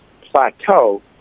plateau